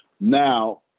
now